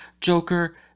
Joker